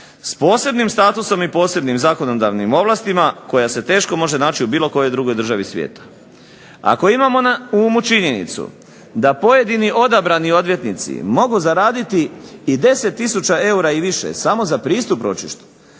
s posebnim statusom i posebnim zakonodavnim ovlastima koja se teško može naći u bilo kojoj drugoj državi svijeta. Ako imamo na umu činjenicu da pojedini odabrani odvjetnici mogu zaraditi i 10000 eura i više samo za pristup ročištu